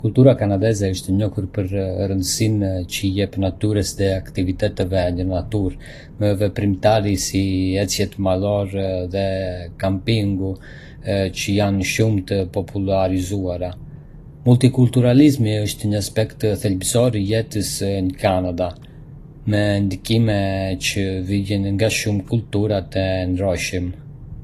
Kultura kanadeze është e njohur për rëndësinë që i jep natyrës dhe aktiviteteve në natyrë, me veprimtari si ecjet malore dhe kampingu që janë shumë të popullarizuara. Multikulturalizmi është një aspekt thelbësor i jetës në Kanada, me ndikime që vijnë nga shumë kultura të ndryshme.